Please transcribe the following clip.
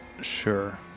Sure